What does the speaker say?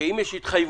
שאם יש התחייבות